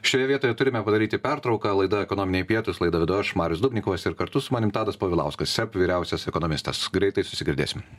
šioje vietoje turime padaryti pertrauką laida ekonominiai pietūs laidą vedu aš marius dubnikovas ir kartu su manim tadas povilauskas seb vyriausias ekonomistas greitai susigirdėsim